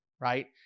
right